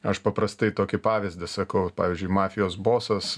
aš paprastai tokį pavyzdį sakau pavyzdžiui mafijos bosas